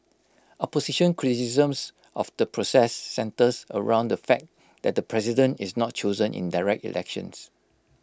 opposition criticisms of the process centres around the fact that the president is not chosen in direct elections